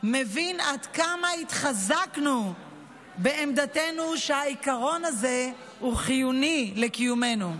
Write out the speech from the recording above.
מבין עד כמה התחזקנו בעמדתנו שהעיקרון הזה הוא חיוני לקיומנו.